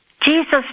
Jesus